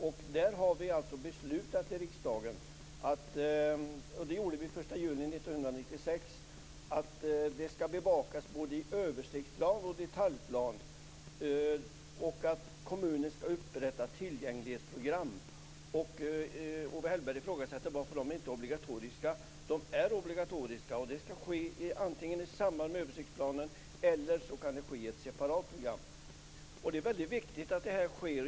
Riksdagen beslutade den 1 juni 1996 att frågan skall bevakas både i översiktplan och i detaljplan och att kommunerna skall upprätta tillgänglighetprogram. Owe Hellberg frågade varför de inte är obligatoriska. De är obligatoriska och skall upprättas antingen i samband med översiktsplanen eller i ett separat program. Det är väldigt viktigt att detta sker.